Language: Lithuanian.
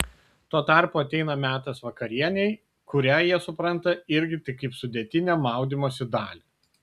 tuo tarpu ateina metas vakarienei kurią jie supranta irgi tik kaip sudėtinę maudymosi dalį